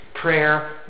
prayer